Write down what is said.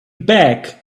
back